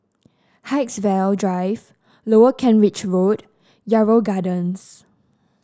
Haigsville Drive Lower Kent Ridge Road Yarrow Gardens